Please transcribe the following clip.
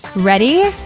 ready?